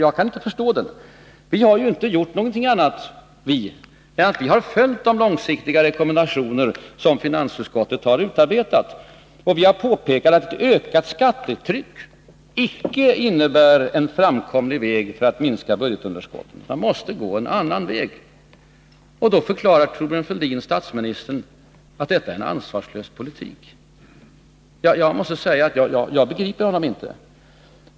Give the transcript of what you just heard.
Vi moderater har ju inte gjort någonting annat än att vi har följt de långsiktiga rekommendationer som finansutskottet har utarbetat. Och vi har påpekat att ett ökat skattetryck inte är någon framkomlig väg för att minska budgetunderskottet— vi måste gå en annan väg. Då förklarar Thorbjörn Fälldin, statsministern, att detta är en ansvarslös politik. Jag måste säga att jag inte begriper honom.